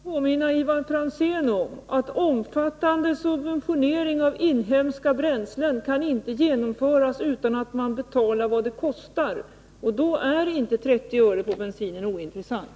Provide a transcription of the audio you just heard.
Fru talman! Jag vill bara påminna Ivar Franzén om att omfattande subventioner av inhemska bränslen inte kan införas utan att man betalar vad det kostar. Då är inte 30 öre på bensinen ointressant!